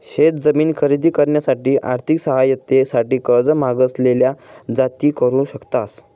शेत जमीन खरेदी करण्यासाठी आर्थिक सहाय्यते साठी अर्ज मागासलेल्या जाती करू शकतात